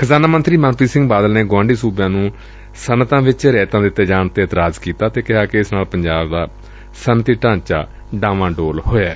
ਖਜ਼ਾਨਾ ਮੰਤਰੀ ਮਨਪ੍ੀਤ ਸਿੰਘ ਬਾਦਲ ਨੇ ਗੁਆਂਢੀ ਸੁਬਿਆਂ ਨੂੰ ਸੱਨਅਤਾਂ ਵਿਚ ਰਿਆਇਤਾਂ ਦਿੱਤੇ ਜਾਣ ਤੇ ਇਤਰਾਜ਼ ਕੀਤਾ ਅਤੇ ਕਿਹਾ ਕਿ ਇਸ ਨਾਲ ਪੰਜਾਬ ਦਾ ਸੱਨਅਤੀ ਢਾਂਚਾ ਡਾਵਾਂ ਡੋਲ ਹੋਇਐ